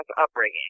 upbringing